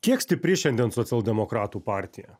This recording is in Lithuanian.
kiek stipri šiandien socialdemokratų partija